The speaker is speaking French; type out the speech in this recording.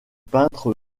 peintre